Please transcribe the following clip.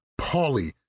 Pauly